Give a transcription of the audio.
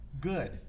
Good